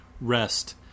rest